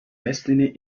destiny